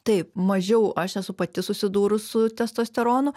taip mažiau aš esu pati susidūrus su testosteronu